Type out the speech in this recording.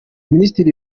minisitiri